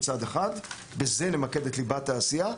מצד אחד - בזה למקד את ליבת העשייה.